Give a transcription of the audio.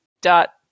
dot